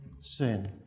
sin